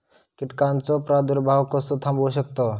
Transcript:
कीटकांचो प्रादुर्भाव कसो थांबवू शकतव?